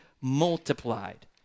multiplied